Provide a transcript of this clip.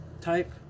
type